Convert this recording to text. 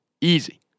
Easy